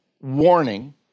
warning